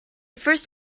first